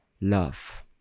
love